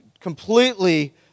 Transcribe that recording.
completely